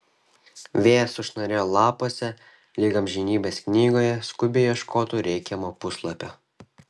vėjas sušnarėjo lapuose lyg amžinybės knygoje skubiai ieškotų reikiamo puslapio